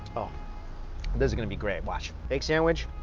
oh this is gonna be great, watch. egg sandwich,